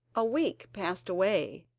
a week passed away,